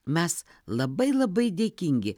mes labai labai dėkingi